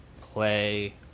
play